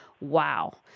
wow